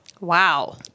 Wow